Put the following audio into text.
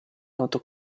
noto